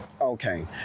Okay